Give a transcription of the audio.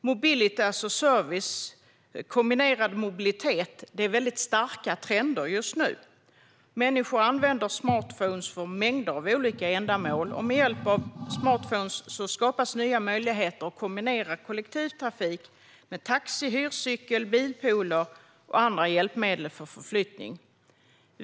Mobility as a service - kombinerad mobilitet - är en väldigt stark trend just nu. Människor använder smartphones för mängder av olika ändamål. Med hjälp av smartphones skapas nya möjligheter att kombinera kollektivtrafik med taxi, hyrcykel, bilpooler och andra hjälpmedel för förflyttning.